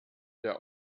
der